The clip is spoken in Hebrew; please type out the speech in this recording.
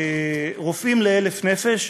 ל-1,000 נפש,